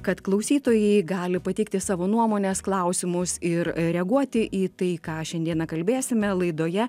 kad klausytojai gali pateikti savo nuomones klausimus ir reaguoti į tai ką šiandieną kalbėsime laidoje